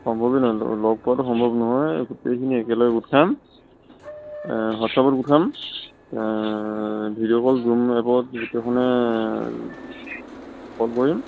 সম্ভৱেই নহয় লগ পোৱাতো সম্ভৱ নহয় গোটেইখিনি একেলগ উঠাম হোৱাটছ আপত উঠাম ভিডিঅ' কল জুম এপত গোটেইখনে কল কৰিম